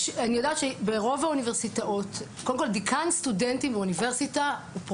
כל דיקן הסטודנטים באוניברסיטה הוא פרופסור.